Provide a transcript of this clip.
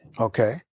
Okay